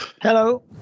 Hello